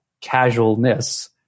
casualness